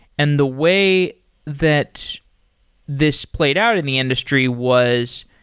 and the way that this played out in the industry was,